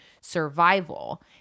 survival